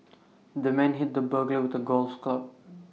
the man hit the burglar with A golf club